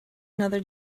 another